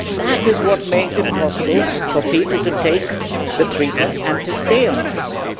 that is what made it possible for people to take the treatment and to stay on treatment.